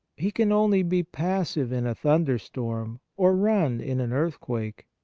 he can only be passive in a thunderstorm, or run in an earthquake.